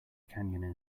canyon